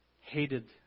hated